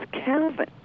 Calvin